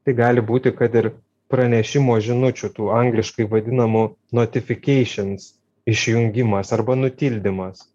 tai gali būti kad ir pranešimo žinučių tų angliškai vadinamų notifikeišins išjungimas arba nutildymas